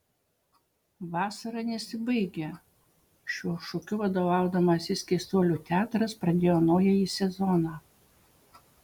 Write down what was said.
vasara nesibaigia šiuo šūkiu vadovaudamasis keistuolių teatras pradėjo naująjį sezoną